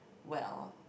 well